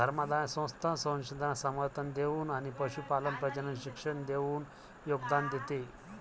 धर्मादाय संस्था संशोधनास समर्थन देऊन आणि पशुपालन प्रजनन शिक्षण देऊन योगदान देते